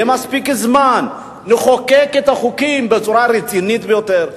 יהיה מספיק זמן לחוקק את החוקים בצורה רצינית ביותר,